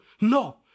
No